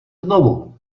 znovu